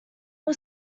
all